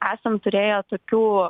esam turėję tokių